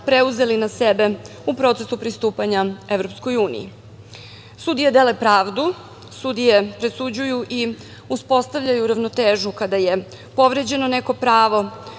preuzeli na sebe u procesu pristupanja EU.Sudije dele pravdu, sudije presuđuju i uspostavljaju ravnotežu kada je povređeno neko pravo,